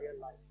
life